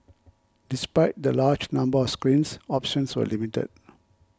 despite the larger number of screens options were limited